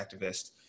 activist